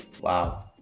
wow